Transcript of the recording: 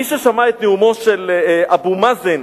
מי ששמע את נאומו של אבו מאזן